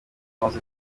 amaze